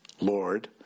Lord